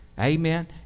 Amen